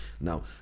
now